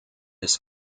his